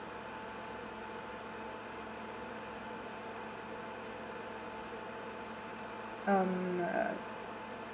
um uh